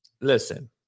Listen